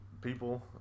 people